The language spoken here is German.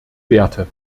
werte